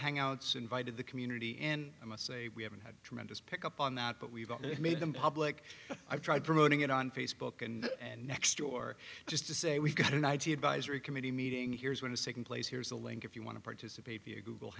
hangouts invited the community and i must say we haven't had tremendous pick up on that but we've got it made them public i've tried promoting it on facebook and next door just to say we've got an idea advisory committee meeting here's one a second place here's a link if you want to participate via google